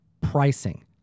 pricing